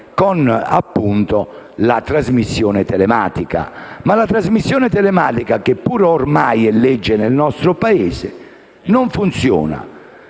con la trasmissione telematica. Ma la trasmissione telematica, che pure ormai è legge nel nostro Paese, non funziona.